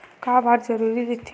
का बार जरूरी रहि थे?